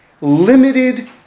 limited